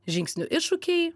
žingsnių iššūkiai